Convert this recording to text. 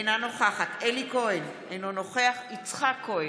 אינה נוכחת אלי כהן, אינו נוכח יצחק כהן,